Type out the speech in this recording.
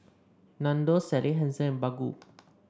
Nandos Sally Hansen and Baggu